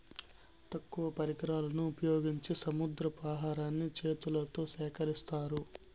తక్కువ పరికరాలను ఉపయోగించి సముద్రపు ఆహారాన్ని చేతులతో సేకరిత్తారు